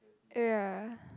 ya